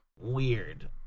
weird